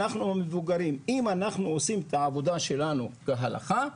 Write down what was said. אם אנחנו עושים את העבודה שלנו כהלכה,